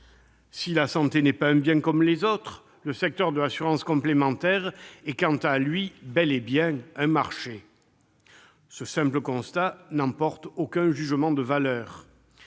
Si la santé n'est pas un bien comme les autres, le secteur de l'assurance complémentaire est bel et bien un marché. Ce simple constat n'emporte aucun jugement de valeur